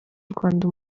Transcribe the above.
rwanda